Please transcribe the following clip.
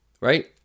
right